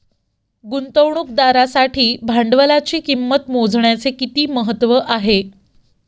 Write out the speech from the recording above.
गुंतवणुकदारासाठी भांडवलाची किंमत मोजण्याचे किती महत्त्व आहे?